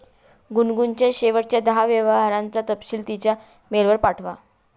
गुनगुनच्या शेवटच्या दहा व्यवहारांचा तपशील तिच्या मेलवर पाठवा